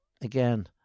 again